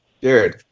dude